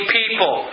people